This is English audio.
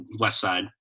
Westside